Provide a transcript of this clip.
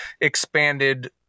expanded